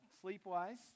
sleep-wise